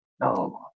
No